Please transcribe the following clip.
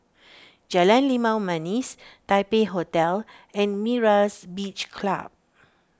Jalan Limau Manis Taipei Hotel and Myra's Beach Club